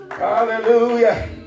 Hallelujah